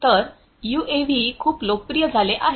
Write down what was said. तर यूएव्ही खूप लोकप्रिय झाले आहेत